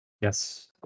Yes